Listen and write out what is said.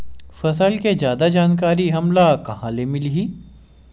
फसल के जादा जानकारी हमला कहां ले मिलही?